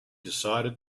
decided